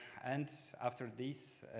and after this,